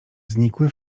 znikły